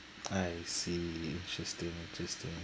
I see interesting interesting